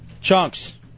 chunks